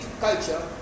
culture